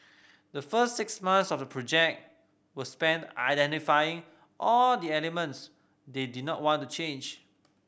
the first six months of the project were spent identifying all the elements they did not want to change